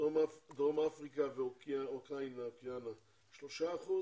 דרום אפריקה ואוקיאניה 3%,